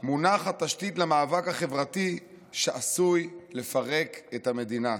מונחת התשתית למאבק החברתי שעשוי לפרק את המדינה.